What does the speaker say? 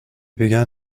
began